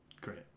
Great